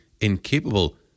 incapable